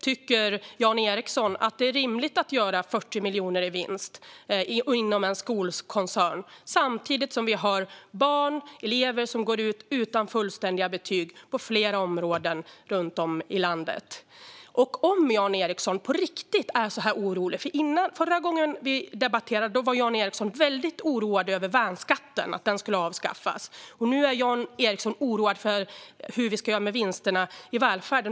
Tycker Jan Ericson att det är rimligt att göra 40 miljoner i vinst inom en skolkoncern, samtidigt som vi har elever som går ut utan fullständiga betyg på flera områden runt om i landet? Förra gången vi debatterade var Jan Ericson väldigt oroad över att värnskatten skulle avskaffas. Nu är Jan Ericson oroad för hur vi ska göra med vinsterna i välfärden.